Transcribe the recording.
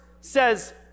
says